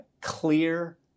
Clear